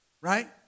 Right